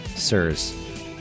sirs